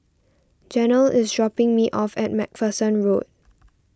Janel is dropping me off at MacPherson Road